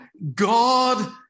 God